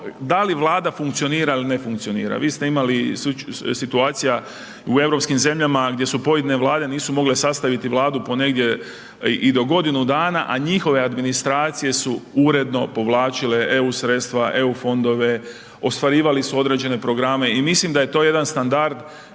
da li vlada funkcionira ili ne funkcionira. Vi ste imali situacija u europskim zemljama, gdje su pojedine vlade, nisu mogle sastaviti vladu po negdje i do godinu dana, a njihove administracije su uredno povlačile eu sredstva, eu fondove, ostvarivali su određene programe i mislim da je to jedan standard